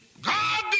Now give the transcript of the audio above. God